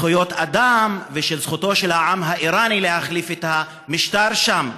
זכויות אדם ועל זכותו של העם האיראני להחליף את המשטר שם,